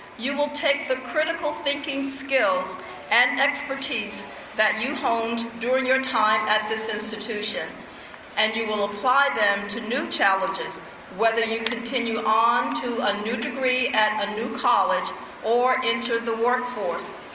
you will take the critical thinking skills and expertise that you honed during your time at this institution and you will apply them to new challenges whether you continue on to a new degree at a new college or enter the workforce.